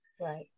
Right